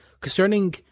concerning